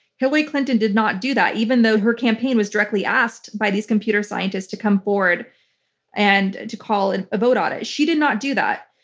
hillary clinton did not do that even though her campaign was directly asked by these computer scientists to come forward and to call and a vote audit. she did not do that.